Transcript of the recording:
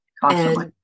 constantly